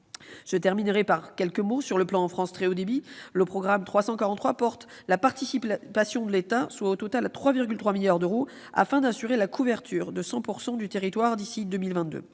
Je terminerai par quelques mots sur le plan France Très haut débit. Le programme 343, qui lui est consacré, porte la participation de l'État, soit au total 3,3 milliards d'euros, afin d'assurer la couverture de 100 % du territoire d'ici à 2022.